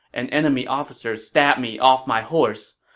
an enemy officer stabbed me off my horse.